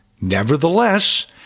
Nevertheless